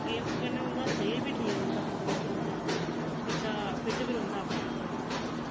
games कन्नै उं'दा शरीर बी ठीक रौंह्दा तंदरुस्त रौंह्दा ते बच्चा फिट बी रौंह्दा अपने आप च